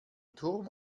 turm